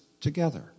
together